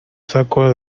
saco